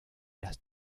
las